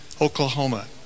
Oklahoma